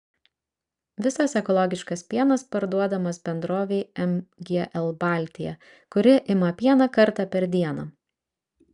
visas ekologiškas pienas parduodamas bendrovei mgl baltija kuri ima pieną kartą per dieną